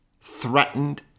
threatened